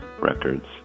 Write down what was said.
Records